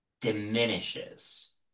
diminishes